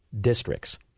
districts